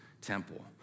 temple